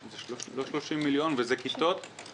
זה נכון לשירותים שהמדינה לא מעניקה להם,